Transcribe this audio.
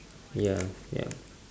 ya ya